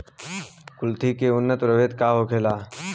कुलथी के उन्नत प्रभेद का होखेला?